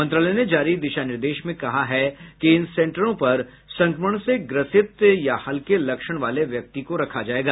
मंत्रालय ने जारी दिशा निर्देश में कहा है कि इन सेंटरों पर संक्रमण से ग्रसित या हल्के लक्षण वाले व्यक्ति को रखा जायेगा